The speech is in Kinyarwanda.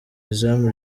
izamu